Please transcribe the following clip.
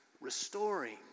restoring